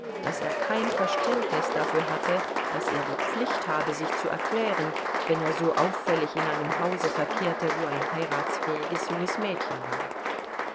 daß er kein verständnis dafür hatte daß er die pflicht habe sich zu erklären wenn er so auffällig in einem hause verkehrte wo ein heiratsfähiges junges mädchen war